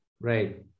Right